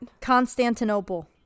constantinople